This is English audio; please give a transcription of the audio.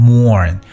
Mourn